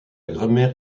grammaire